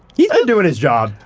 he's been doing his job.